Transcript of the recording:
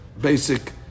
basic